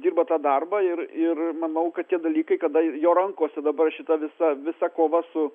dirba tą darbą ir ir manau kad tie dalykai kada ir jo rankose dabar šita visa visa kova su